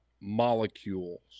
molecules